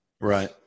Right